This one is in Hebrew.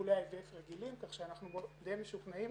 בטיפולי IVF רגילים, כך שאנחנו די משוכנעים